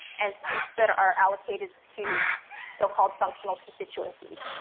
and seats that are allocated to so called functional constituencies.